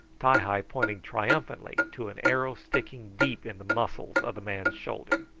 ti-hi pointing triumphantly to an arrow sticking deep in the muscles of the man's shoulder.